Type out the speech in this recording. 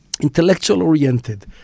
intellectual-oriented